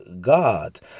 god